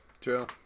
True